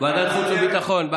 ועדת חוץ וביטחון.